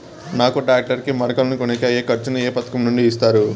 నాకు టాక్టర్ కు మడకలను కొనేకి అయ్యే ఖర్చు ను ఏ పథకం నుండి ఇస్తారు?